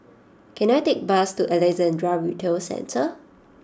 can I take a bus to Alexandra Retail Centre